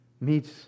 Meets